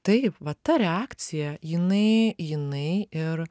taip va ta reakcija jinai jinai ir